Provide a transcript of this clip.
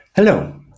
Hello